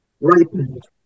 ripened